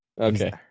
Okay